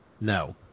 No